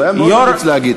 זה היה מאוד אמיץ להגיד.